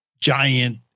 giant